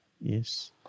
Yes